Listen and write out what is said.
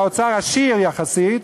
והאוצר עשיר יחסית,